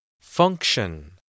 Function